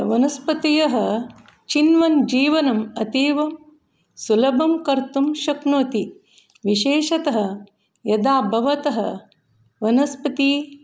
वनस्पतयः चिन्वन् जीवनम् अतीवं सुलभं कर्तुं शक्नोति विशेषतः यदा भवतः वनस्पतिः